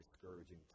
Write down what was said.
discouraging